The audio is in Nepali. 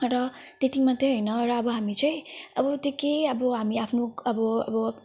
र त्यति मात्रै हैन र अब हामी चाहिँ अब त्यो केही अब हामी आफ्नो अब अब